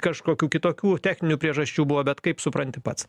kažkokių kitokių techninių priežasčių buvo bet kaip supranti pats